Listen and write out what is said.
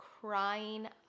crying